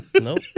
Nope